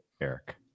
Eric